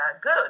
good